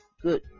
good